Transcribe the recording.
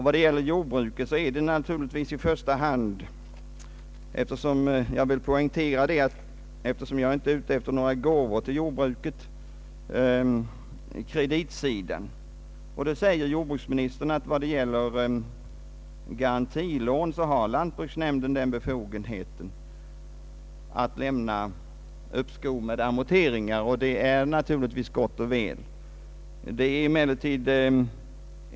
Vad gäller jordbruket är problemet i första hand och omedelbart ett kreditproblem — jag vill poängtera att jag inte är ute efter några gåvor till jordbruket. Jordbruksministern sade att lantbruksnämnderna har befogenhet att lämna uppskov med amorteringar på garantilån, och det är naturligtvis gott och väl.